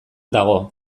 dago